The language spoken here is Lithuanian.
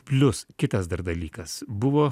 plius kitas dar dalykas buvo